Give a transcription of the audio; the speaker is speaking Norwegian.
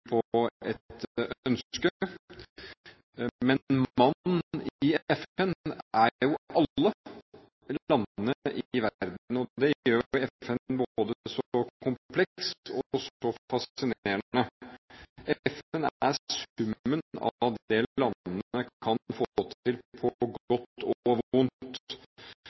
på et ønske. Men «man» i FN er jo alle landene i verden. Det gjør FN både så kompleks og så fascinerende. FN er summen av det landene kan få til på godt og vondt.